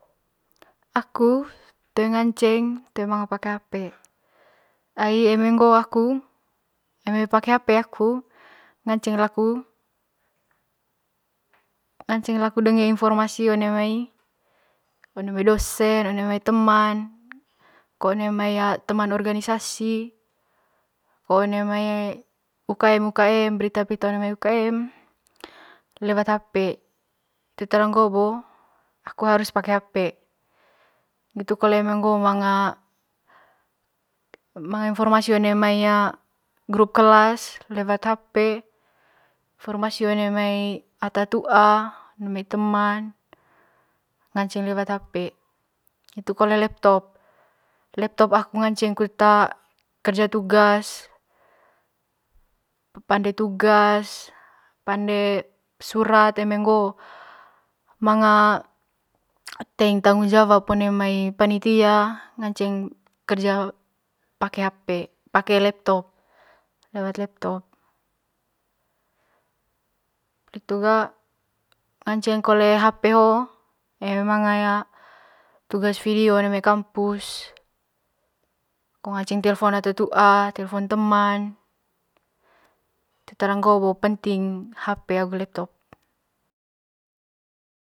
Aku toe ngaceng toe ma pake hape, ai eme ngo aku ngaceng laku informasi one mai dosen one mai teman ko one mai teman organisasi ko one mai ukm, brita brita one mai ukm tu tara ngo'o bo agu harus pake hape ngitu kole eme ngo manga, manga informasi one mai grup grup kelas lewat hape informasi one mai ata tu'a one mai teman ngaceng lewat hp ngitu kole laptop, laptop ngaceng kole kerja tugas pande tugas pande surat eme ngo'o teing tangung jawab one mia panetia, ngaceng kerja pake hape pake laptop lewat laptop nganceng kole hape ho'o eme manga tugas vidio one mai kampus ko ngaceng telfon ata tua telfon teman hitu tara ngo bo penting hape agu laptop.